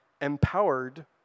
empowered